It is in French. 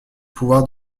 pouvoir